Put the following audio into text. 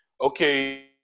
okay